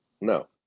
No